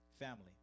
Family